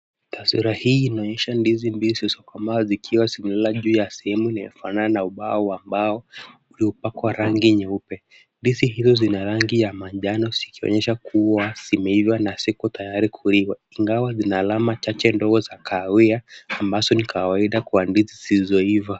Taswira hii inaonyesha ndizi mbichi zilizokomaa zikiwa zimelala juu ya sehemu linalofanana na ubao wa mbao uliopakwa rangi nyeupe. Ndizi hizo zina rangi ya manjano zikionyesha kuwa zimeiva na ziko tayari kuliwa ingawa zina alama chache ndogo za kahawia ambayo ni kawaida kwa ndizi zisizoiva.